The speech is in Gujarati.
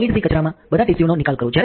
સોલિડ સી કચરામાં બધા ટીશ્યુ નો નિકાલ કરો